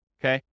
okay